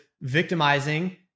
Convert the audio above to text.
victimizing